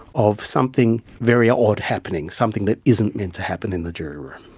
of something very odd happening, something that isn't meant to happen in the jury room.